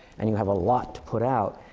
and you have a lot to put out.